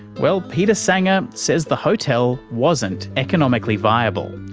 well, peter saenger says the hotel wasn't economically viable.